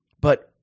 but-